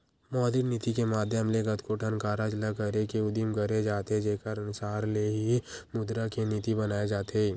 मौद्रिक नीति के माधियम ले कतको ठन कारज ल करे के उदिम करे जाथे जेखर अनसार ले ही मुद्रा के नीति बनाए जाथे